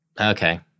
Okay